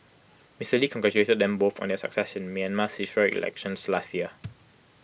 Mister lee congratulated them both on their success in Myanmar's historic elections last year